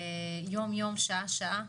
יום יום, שעה שעה,